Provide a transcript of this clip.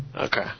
Okay